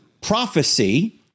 Prophecy